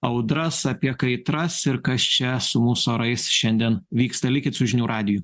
audras apie kaitras ir kas čia su mūsų orais šiandien vyksta likit su žinių radiju